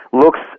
looks